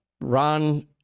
Ron